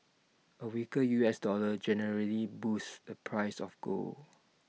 A weaker U S dollar generally boosts the price of gold